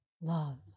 love